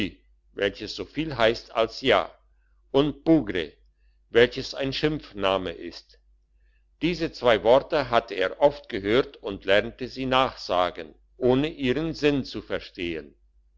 welches so viel heisst als ja und bougre welches ein schimpfname ist diese zwei worte hatte er oft gehört und lernte sie nachsagen ohne ihren sinn zu verstehen